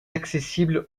accessible